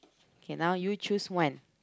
okay now you choose one